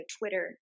Twitter